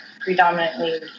predominantly